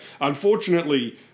unfortunately